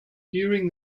during